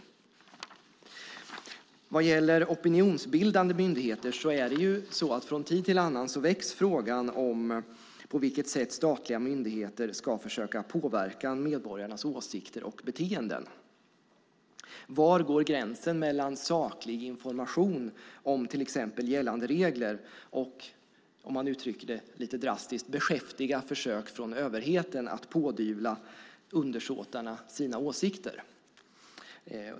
När det gäller opinionsbildande myndigheter väcks från tid till annan frågan om på vilket sätt statliga myndigheter ska försöka påverka medborgarnas åsikter och beteenden. Var går gränsen mellan saklig information om till exempel gällande regler och, om man uttrycker det lite drastiskt, beskäftiga försök från överheten att pådyvla undersåtarna sina åsikter?